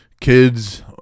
kids